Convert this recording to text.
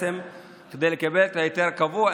כדי לקבל את ההיתר הקבוע,